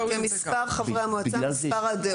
כמספר חברי המועצה מספר הדעות,